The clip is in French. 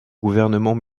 gouvernement